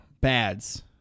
bads